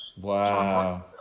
wow